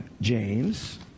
James